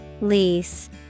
Lease